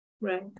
Right